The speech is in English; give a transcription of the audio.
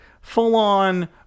full-on